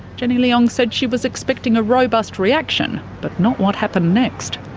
jenny leong said she was expecting a robust reaction, but not what happened next.